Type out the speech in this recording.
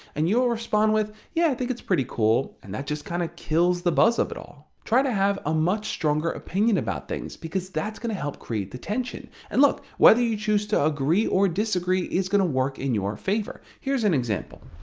and you'll respond with yeah, i think it's pretty cool and that just kind of kills the buzz of it all. try to have a much stronger opinion about things because that's gonna help create tension. and look, whether you choose to agree or disagree is going to work in your favor. here's a example.